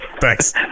Thanks